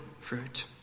fruit